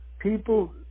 people